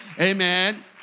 amen